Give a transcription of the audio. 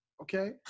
okay